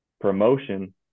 promotion